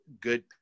good